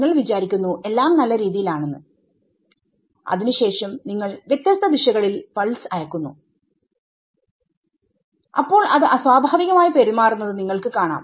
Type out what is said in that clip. നിങ്ങൾ വിചാരിക്കുന്നു എല്ലാം നല്ല രീതിയിൽ ആണെന്ന് അതിനു ശേഷം നിങ്ങൾ വ്യത്യസ്ത ദിശകളിൽ പൾസ് അയക്കുന്നുഅപ്പോൾ അത് ആസ്വാഭാവികമായി പെരുമാറുന്നത് നിങ്ങൾക്ക് കാണാം